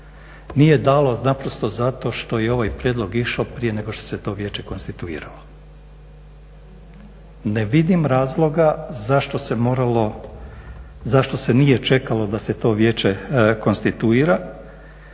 Nije dalo naprosto zato što je ovaj prijedlog išao prije nego što se to vijeće konstituiralo. Ne vidim razloga zašto se nije čekalo da se to vijeće konstituira